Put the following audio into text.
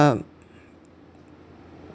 um